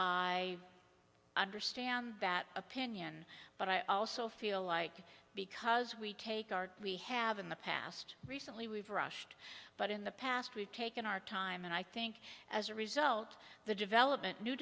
i understand that opinion but i also feel like because we take our we have in the past recently we've rushed but in the past we've taken our time and i think as a result the development new